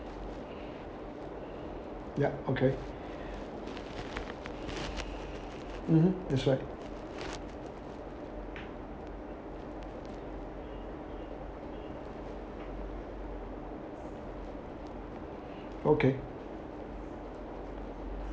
yup okay mmhmm that's right okay